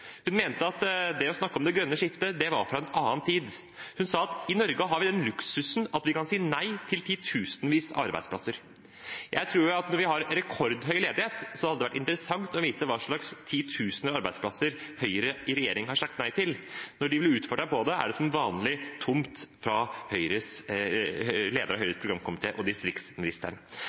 Hun mente at det å snakke om det grønne skiftet var fra en annen tid. Hun sa at i Norge har vi den luksusen at vi kan si nei til titusenvis av arbeidsplasser. Jeg tror at når vi har rekordhøy ledighet, hadde det vært interessant å vite hvilke titusenvis av arbeidsplasser Høyre i regjering har sagt nei til. Når de blir utfordret på det, er det som vanlig tomt fra lederen av Høyres programkomité og distriktsministeren.